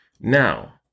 Now